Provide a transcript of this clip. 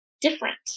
different